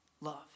Love